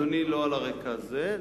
בדיוק על הרקע הזה.